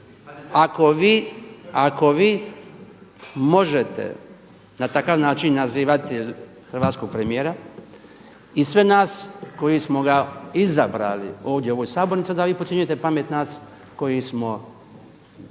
Ako vi možete na takav način nazivati hrvatskog premijera i sve nas koji smo ga izabrali ovdje u ovoj sabornici onda vi podcjenjujete pamet nas koji smo izabrali